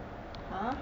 !huh!